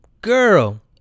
Girl